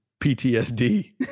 PTSD